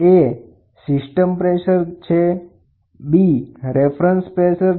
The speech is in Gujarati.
A એ બીજું કંઈ નથી પણ સ્ટાન્ડર્ડ વાતાવરણીય દબાણ છે અને B એટલે લોકલ રેફરન્સ પ્રેસર છે